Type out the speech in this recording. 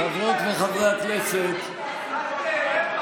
חברות וחברי הכנסת, אדוני,